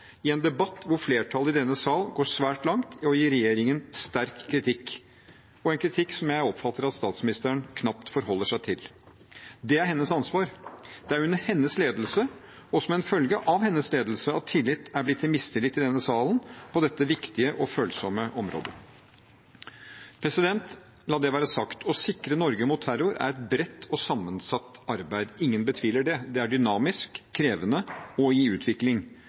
i en debatt hvor flertallet i denne salen går svært langt i å gi regjeringen sterk kritikk – og en kritikk som jeg oppfatter at statsministeren knapt forholder seg til. Det er hennes ansvar. Det er under hennes ledelse, og som en følge av hennes ledelse, at tillit er blitt til mistillit i denne salen, på dette viktige og følsomme området. La det være sagt: Å sikre Norge mot terror er et bredt og sammensatt arbeid. Ingen betviler det. Det er dynamisk, krevende og i utvikling.